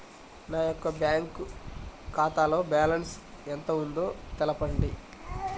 నా యొక్క బ్యాంక్ ఖాతాలో బ్యాలెన్స్ ఎంత ఉందో తెలపండి?